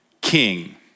King